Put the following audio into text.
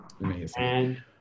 amazing